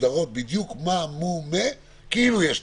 המסודרות כאילו יש תקנות.